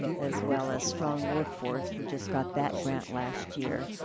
as well as strong workforce, we just got that grant last year.